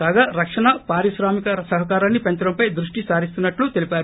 కాగా రక్షణ పారిశ్రామిక సహకారాన్ని పెంచడంపై దృష్టి సారిస్తున్నట్లు తెలిపారు